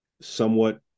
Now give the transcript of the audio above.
somewhat